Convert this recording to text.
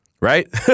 Right